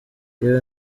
yewe